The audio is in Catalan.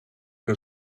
que